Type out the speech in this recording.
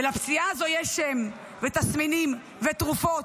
ולפציעה הזאת יש שם ותסמינים ותרופות,